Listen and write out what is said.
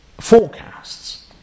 Forecasts